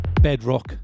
Bedrock